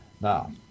now